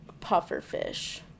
pufferfish